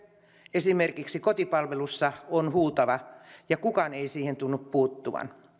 esimerkiksi kotipalvelussa on huutava ja kukaan ei siihen tunnu puuttuvan